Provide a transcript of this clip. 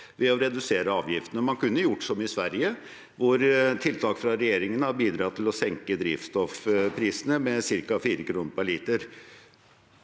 ved å redusere avgiftene. Man kunne gjort som i Sverige, hvor tiltak fra regjeringen har bidratt til å senke drivstoffprisene med ca. 4 kr per liter.